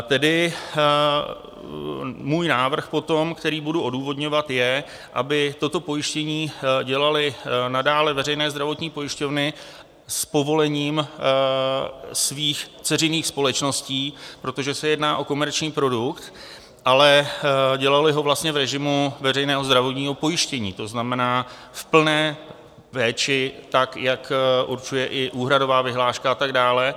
Tedy můj návrh potom, který budu odůvodňovat, je, aby toto pojištění dělaly nadále veřejné zdravotní pojišťovny s povolením svých dceřiných společností, protože se jedná o komerční produkt, ale dělaly ho v režimu veřejného zdravotního pojištění, to znamená, v plné péči tak, jak určuje i úhradová vyhláška a tak dále.